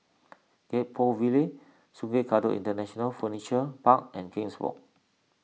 Gek Poh Ville Sungei Kadut International Furniture Park and King's Walk